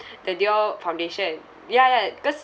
the Dior foundation ya ya cause